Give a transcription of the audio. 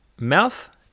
mouth